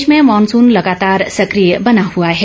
मौसम प्रदेश में मॉनसून लगातार सक्रिय बना हुआ है